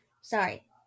Sorry